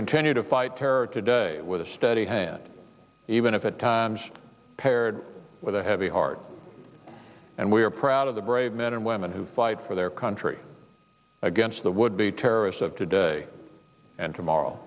continue to fight terror today with a study hand even if it times paired with a heavy heart and we are proud of the brave men and women who fight for their country against the would be terrorists of today and tomorrow